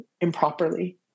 improperly